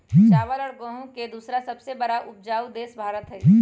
चावल और गेहूं के दूसरा सबसे बड़ा उपजाऊ देश भारत हई